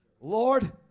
Lord